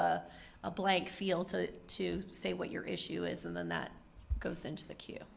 a blank field to say what your issue is and then that goes into the que